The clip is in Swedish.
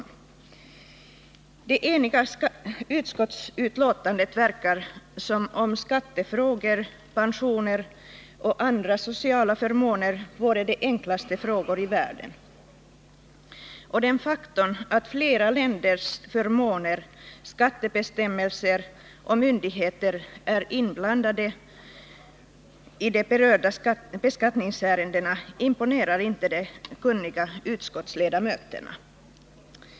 Av det eniga utskottsbetänkandet verkar det som om skattefrågor, pensioner och andra sociala förmåner vore de enklaste frågor i världen. Och den faktorn att flera länders förmåner, skattebestämmelser och myndigheter är inblandade i de berörda beskattningsärendena imponerar inte på de kunniga utskottsledamöterna.